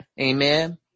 Amen